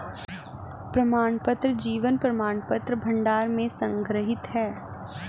प्रमाणपत्र जीवन प्रमाणपत्र भंडार में संग्रहीत हैं